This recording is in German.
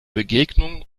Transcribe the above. begegnung